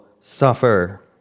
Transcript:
suffer